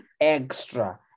Extra